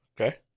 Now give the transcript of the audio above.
Okay